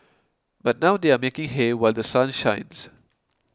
but now they are making hay while The Sun shines